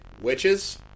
witches